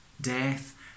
death